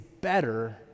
better